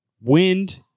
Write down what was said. Wind